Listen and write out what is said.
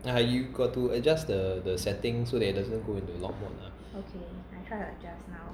ya you got to adjust the the setting so that it doesn't go into lock mode lah